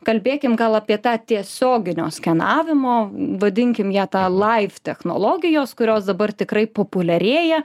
kalbėkim gal apie tą tiesioginio skenavimo vadinkim ją tą laif technologijos kurios dabar tikrai populiarėja